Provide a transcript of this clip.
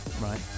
Right